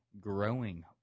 growing